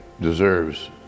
deserves